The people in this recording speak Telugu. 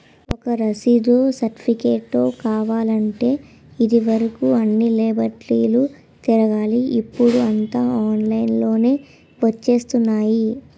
ఒక రసీదో, సెర్టిఫికేటో కావాలంటే ఇది వరుకు అన్ని లైబ్రరీలు తిరగాలి ఇప్పుడూ అంతా ఆన్లైన్ లోనే వచ్చేత్తున్నాయి